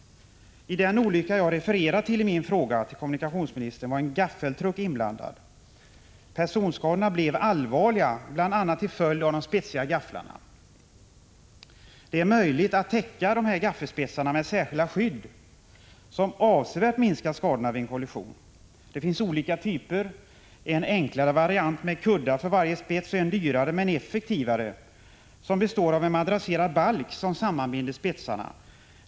I den olycka jag refererat till i min fråga till kommunikationsministern var en gaffeltruck inblandad. Personskadorna blev allvarliga, bl.a. till följd av de spetsiga gafflarna. Det är möjligt att täcka gaffelspetsarna med särskilda skydd, som avsevärt minskar skadorna vid en kollision. Det finns olika typer, en enklare variant med kuddar för varje spets och en dyrare men effektivare, som består av en madrasserad balk som sammanbinder spetsarna.